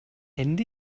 ende